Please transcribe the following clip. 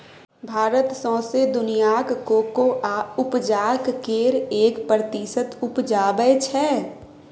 भारत सौंसे दुनियाँक कोकोआ उपजाक केर एक प्रतिशत उपजाबै छै